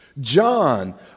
John